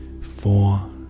four